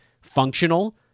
functional